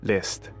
List